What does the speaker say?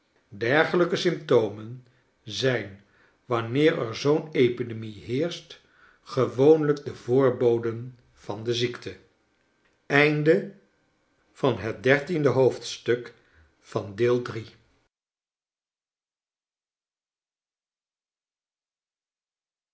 dergelijke symptonen zijn wanneer er zoo'n epidemie heerscht gewoonlijk de voorboden van de ziekte